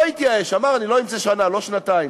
לא התייאש, אמר: אני לא אמצא שנה, שנתיים.